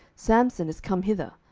samson is come hither.